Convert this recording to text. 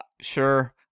sure